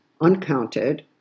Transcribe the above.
uncounted